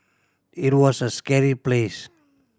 it was a scary place